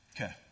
Okay